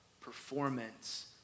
performance